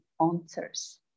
answers